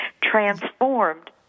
transformed